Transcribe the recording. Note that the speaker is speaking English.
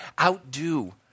Outdo